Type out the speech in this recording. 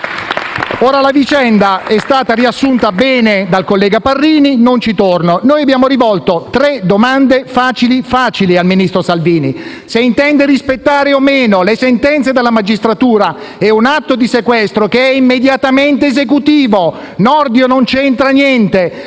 La vicenda è stata riassunta bene dal collega Parrini e quindi non ci torno. Noi abbiamo rivolto tre domande facili facili al ministro Salvini, in primo luogo se intende rispettare le sentenze della magistratura e un atto di sequestro che è immediatamente esecutivo. Nordio non c'entra niente;